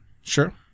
Sure